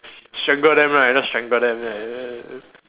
strangle them right just strangle them